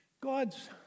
God's